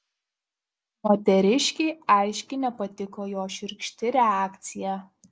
moteriškei aiškiai nepatiko jo šiurkšti reakcija